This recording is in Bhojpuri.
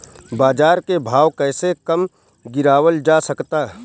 बाज़ार के भाव कैसे कम गीरावल जा सकता?